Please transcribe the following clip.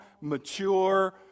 mature